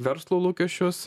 verslo lūkesčius